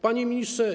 Panie Ministrze!